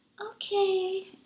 okay